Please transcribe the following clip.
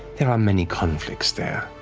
there are many conflicts there.